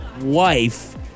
wife